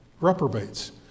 reprobates